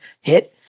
hit